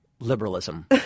Liberalism